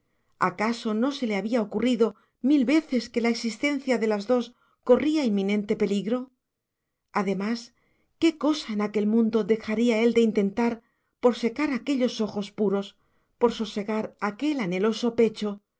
acaso no se le había ocurrido mil veces que la existencia de las dos corría inminente peligro además qué cosa en el mundo dejaría él de intentar por secar aquellos ojos puros por sosegar aquel anheloso pecho